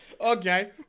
Okay